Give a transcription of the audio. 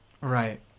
Right